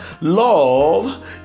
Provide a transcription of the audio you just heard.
Love